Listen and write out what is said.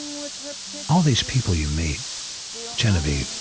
all ah all these people you meet you know genevieve,